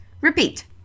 Repeat